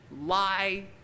Lie